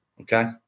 Okay